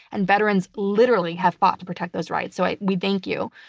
and veterans literally have fought to protect those rights, so we thank you.